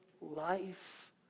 life